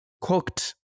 cooked